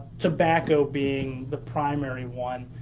tobacco being the primary one.